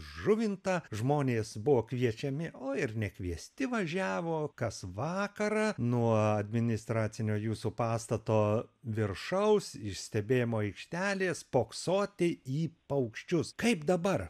žuvintą žmonės buvo kviečiami o ir nekviesti važiavo kas vakarą nuo administracinio jūsų pastato viršaus iš stebėjimo aikštelės spoksoti į paukščius kaip dabar